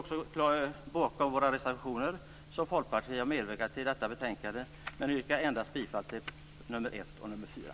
Jag stöder de reservationer som Folkpartiet har ställt sig bakom i detta betänkande men yrkar bifall endast till reservationerna nr 1 och nr 4.